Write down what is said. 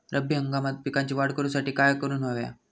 रब्बी हंगामात पिकांची वाढ करूसाठी काय करून हव्या?